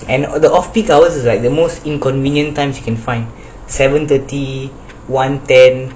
and the off peak hours is like the most inconvenient times you can find seven thirty one ten